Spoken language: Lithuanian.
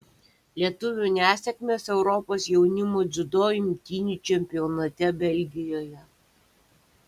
lietuvių nesėkmės europos jaunimo dziudo imtynių čempionate belgijoje